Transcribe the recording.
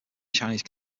chinese